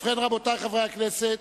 ובכן, רבותי חברי הכנסת,